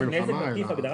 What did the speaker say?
"נזק עקיף" על פי ההגדרה